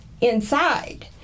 inside